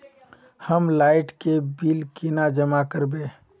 हम लाइट के बिल केना जमा करबे?